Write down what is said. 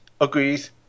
agrees